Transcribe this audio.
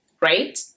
Right